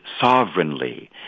sovereignly